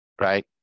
Right